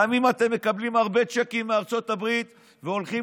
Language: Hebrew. גם אם אתם מקבלים הרבה צ'קים מארצות הברית והולכים